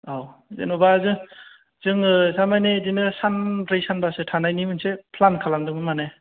औ जेन'बा जों जोङो थारमानि इदिनो सानब्रै सानबासो थानायनि मोनसे फ्लान खालामदों माने